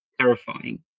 terrifying